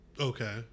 Okay